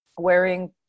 wearing